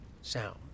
sound